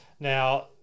Now